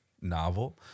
novel